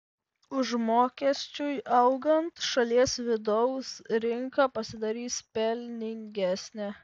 užmokesčiui augant šalies vidaus rinka pasidarys pelningesnė